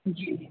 जी जी